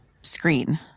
screen